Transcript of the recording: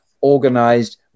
organized